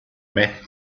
met